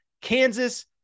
Kansas